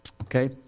Okay